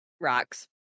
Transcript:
Rocks